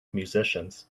musicians